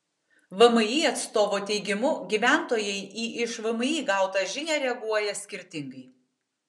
vmi atstovo teigimu gyventojai į iš vmi gautą žinią reaguoja skirtingai